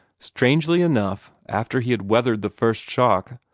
strangely enough, after he had weathered the first shock,